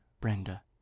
Brenda